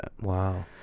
Wow